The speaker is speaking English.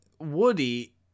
Woody